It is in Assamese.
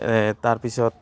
তাৰপিছত